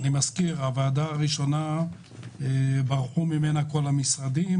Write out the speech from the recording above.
אני מזכיר: הוועדה הראשונה ברחו ממנה כל המשרדים,